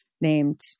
named